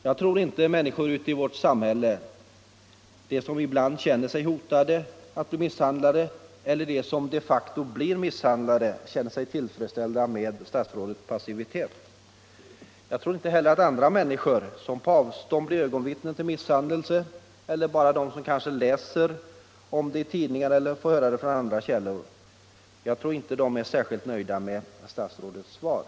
Jag tror inte att människor ute i samhället, de som ibland känner sig hotade av att bli misshandlade eller de som de facto blir misshandlade, känner sig tillfredsställda med statsrådets passivitet. Jag tror inte heller att andra människor, som på avstånd blir ögonvittnen till misshandel eller som bara läser om det i tidningarna eller får höra det från andra källor, är särskilt nöjda med statsrådets svar.